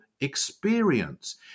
experience